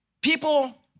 People